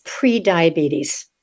prediabetes